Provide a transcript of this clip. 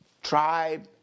Tribe